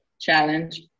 challenge